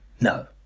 no